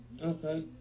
Okay